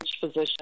position